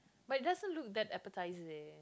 but it doesn't look that appetizer leh